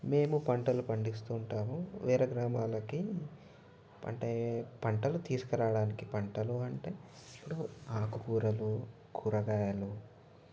మేము పంటలు పండిస్తూ ఉంటాము వేరే గ్రామాలకి అంటే పంటలు తీసుకురావడానికి పంటలు అంటే ఇప్పుడు ఆకుకూరలు కూరగాయలు